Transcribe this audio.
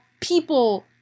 people